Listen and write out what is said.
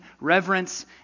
reverence